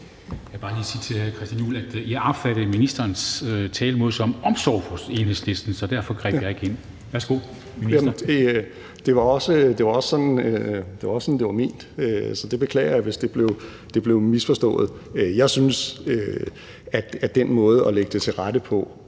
Jeg vil bare lige sige til hr. Christian Juhl, at jeg opfattede ministerens talemåde som omsorg for Enhedslisten, så derfor greb jeg ikke ind. Værsgo til ministeren. Kl. 16:52 Justitsministeren (Nick Hækkerup): Det var også sådan, det var ment, så jeg beklager, hvis det blev misforstået. Jeg synes, at den måde at lægge det til rette på,